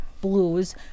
Blues